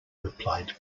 replied